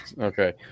Okay